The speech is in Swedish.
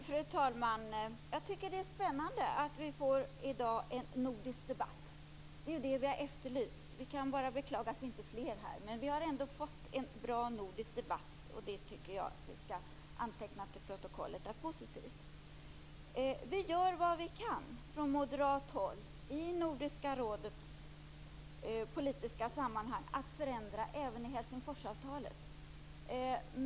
Fru talman! Jag tycker att det är spännande att vi i dag får en nordisk debatt. Det är ju det vi har efterlyst. Vi kan bara beklaga att det inte är fler här. Men vi har ändå fått en bra nordisk debatt. Det tycker jag att vi skall anteckna i protokollet som positivt. Vi gör vad vi kan från moderat håll för att i Nordiska rådets politiska sammanhang förändra även i Helsingforsavtalet.